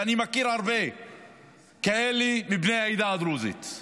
ואני מכיר הרבה כאלה מבני העדה הדרוזית,